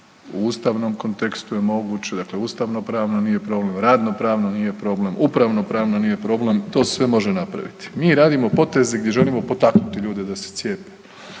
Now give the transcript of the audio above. u ustavnom kontekstu je moguće, dakle ustavno pravno nije problem, radno pravno nije problem, upravno pravno nije problem, to se sve može napraviti. Mi radimo poteze gdje želimo potaknuti ljude da se cijepe